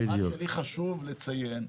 מה שלי חשוב לציין,